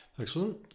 Excellent